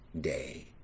day